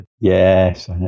yes